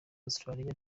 australia